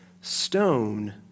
stone